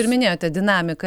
ir minėjote dinamika